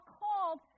called